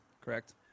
correct